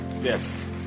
Yes